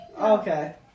Okay